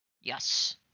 yes